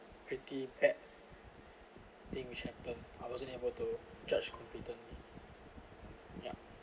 pretty bad things happen I wasn't able to judge confidently ya